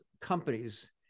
companies